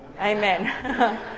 Amen